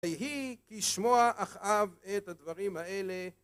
ויהי כשמוע אחאב את הדברים האלה